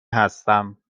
هستم